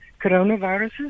coronaviruses